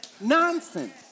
Nonsense